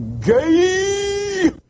Gay